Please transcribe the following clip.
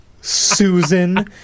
susan